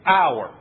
hour